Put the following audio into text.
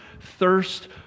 thirst